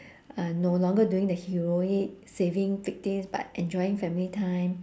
uh no longer doing the heroic saving victims but enjoying family time